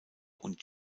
und